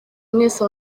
mwese